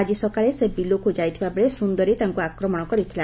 ଆଙି ସକାଳେ ସେ ବିଲକୁ ଯାଇଥିବା ବେଳେ ସୁନ୍ନରୀ ତାଙ୍କୁ ଆକ୍ରମଣ କରିଥିଲା